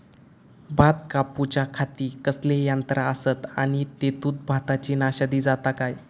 भात कापूच्या खाती कसले यांत्रा आसत आणि तेतुत भाताची नाशादी जाता काय?